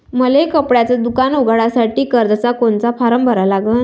मले कपड्याच दुकान उघडासाठी कर्जाचा कोनचा फारम भरा लागन?